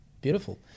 beautiful